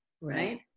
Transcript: right